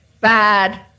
Bad